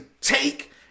take